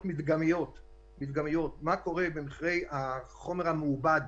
מדגמיות מה קורה במחירי החומר המעובד